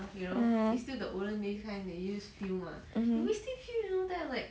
(uh huh) mmhmm